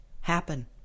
happen